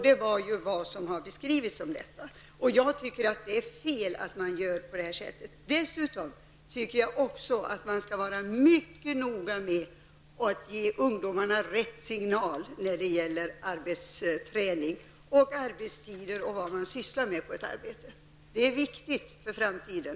Det var vad som har beskrivits om detta möte. Jag tycker att det är fel att man gör på det sättet. Dessutom tycker jag att man måste vara mycket noga med att ge ungdomarna rätt signaler när det gäller arbetsträning, arbetstider och vad ungdomarna skall syssla med på en arbetsplats. Det är viktigt för framtiden.